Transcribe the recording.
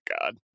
God